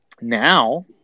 now